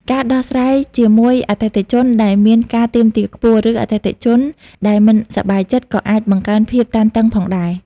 ការដោះស្រាយជាមួយអតិថិជនដែលមានការទាមទារខ្ពស់ ឬអតិថិជនដែលមិនសប្បាយចិត្ត ក៏អាចបង្កើនភាពតានតឹងផងដែរ។